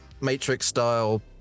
Matrix-style